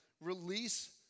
release